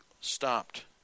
stopped